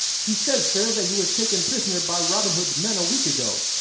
he says, sir, that he was taken prisoner by robin hood's men a week ago,